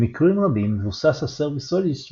במקרים רבים מבוסס ה Service Registry